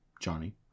Johnny